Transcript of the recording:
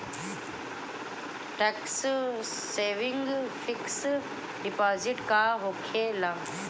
Tax saving fix deposit का होखे ला?